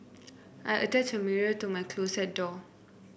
I attached a mirror to my closet door